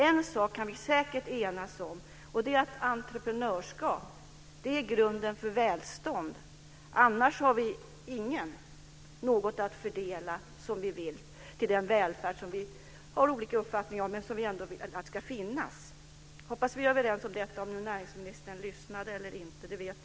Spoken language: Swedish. En sak kan vi säkert enas om, och det är att entreprenörskap är grunden för välstånd. Annars har ingen av oss något att fördela som vi vill till den välfärd som vi har olika uppfattningar om men som vi ändå vill ska finnas. Jag hoppas att vi är överens om detta. Om nu näringsministern lyssnade eller inte vet jag inte.